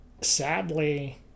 Sadly